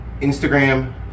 Instagram